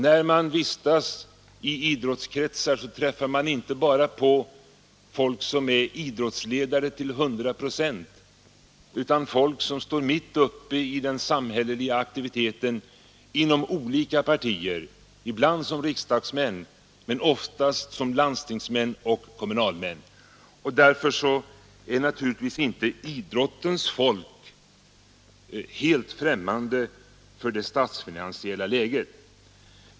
När man vistas i idrottskretsar träffar man inte bara folk som är idrottsledare till hundra procent utan också folk som står mitt uppe i den samhälleliga aktiviteten inom olika partier, ibland som riksdagsmän men oftast som landstingsmän och kommunalmän. Följaktligen är inte idrottens folk helt främmande för det statsfinansiella läget.